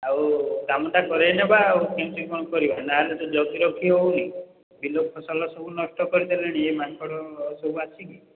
ଆଉ କାମଟା କରେଇ ନେବା ଆଉ କେମିତି କ'ଣ କରିବା ନା ହେଲେ ତ ଜଗି ରଖି ହେଉନି ବିଲ ଫସଲ ସବୁ ନଷ୍ଟ କରି ଦେଲେଣି ଏ ମାଙ୍କଡ଼ ସବୁ ଆସିକି